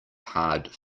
hard